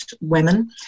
women